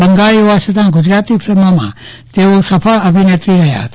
બંગાળી હોવા છતાં ગુજરાતી ફિલ્મો માં તેઓ સફળ અભિનેત્રી રહ્યા હતા